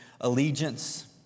allegiance